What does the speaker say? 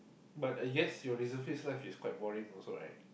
but I guess your reservist life is quite boring also right